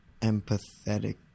Empathetic